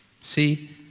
See